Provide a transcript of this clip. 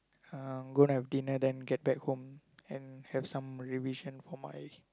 uh gonna have dinner then get back home and have some revision for my